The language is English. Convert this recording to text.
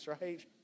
right